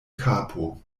kapo